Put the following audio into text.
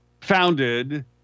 founded